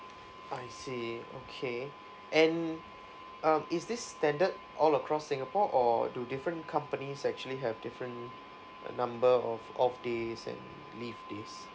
I see okay and um is this standard all across singapore or do different companies actually have different uh number of off days and leave days